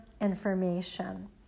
information